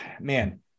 man